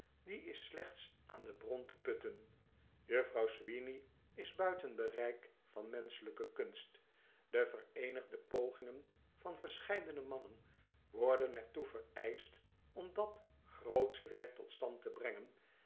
die is slechts aan de bron te putten juffrouw sweeney is buiten bereik van menschelijke kunst de vereenigde pogingen van verscheidene mannen worden er toe vereischt om dat grootsche werk tot stand te brengen